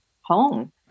home